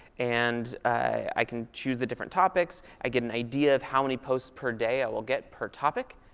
and i can choose the different topics. i get an idea of how many posts per day i will get per topic.